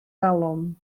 talwm